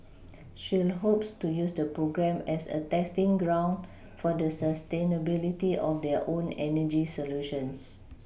shell hopes to use the program as a testing ground for the sustainability of their own energy solutions